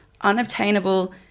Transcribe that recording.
unobtainable